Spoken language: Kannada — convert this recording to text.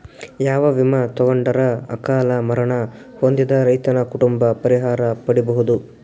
ಯಾವ ವಿಮಾ ತೊಗೊಂಡರ ಅಕಾಲ ಮರಣ ಹೊಂದಿದ ರೈತನ ಕುಟುಂಬ ಪರಿಹಾರ ಪಡಿಬಹುದು?